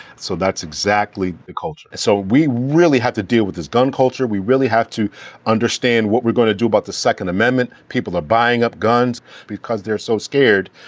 so that's exactly the culture. so we really have to deal with this gun culture. we really have to understand what we're going to do about the second amendment. people are buying up guns because they're so scared.